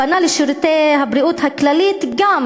פנה ל"שירותי בריאות כללית" גם